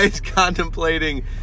contemplating